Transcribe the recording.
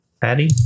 Patty